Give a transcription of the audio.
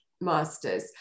masters